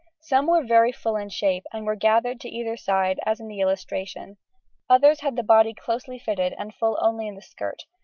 some were very full in shape, and were gathered to either side as in the illustration others had the body closely fitted and full only in the skirt,